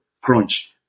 crunch